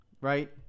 right